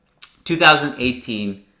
2018